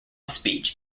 speech